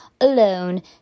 alone